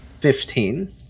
Fifteen